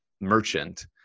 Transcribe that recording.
merchant